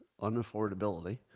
unaffordability